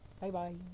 Bye-bye